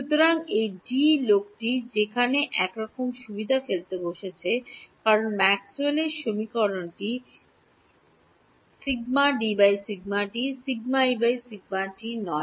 সুতরাং এই ডি লোকটি সেখানে একরকম অসুবিধে ফেলতে বসেছে কারণ ম্যাক্সওয়েলেরMaxwell's সমীকরণগুলি ∂D ∂t ∂E ∂t নয়